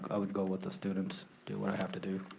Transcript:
i would go with the students. do what i have to do.